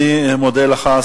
אני מודה לך,